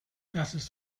passes